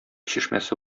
чишмәсе